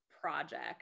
project